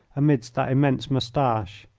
amidst that immense moustache.